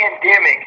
pandemic